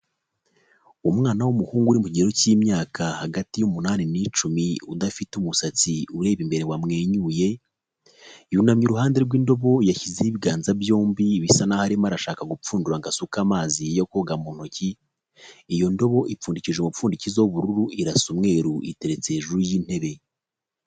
Umwana w'umuhungu uri mu kigero cy'imyaka hagati y'umunani n'icumi udafite umusatsi ureba imbere wamwenyuye, yunamye iruhande rw'indobo yashyizeho ibiganza byombi bisa n'aho arimo arashaka gupfundura ngo agasuke amazi yo koga mu ntoki, iyo ndobo ipfundikije umupfundikizo w'ubururu irasa umweru, iteretse hejuru y'intebe.